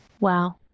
Wow